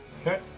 Okay